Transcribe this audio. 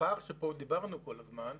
הפער שכאן דיברנו עליו כל הזמן,